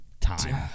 time